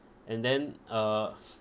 and then uh